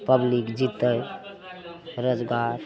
public जितै रोजगार